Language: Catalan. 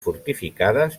fortificades